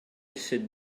sit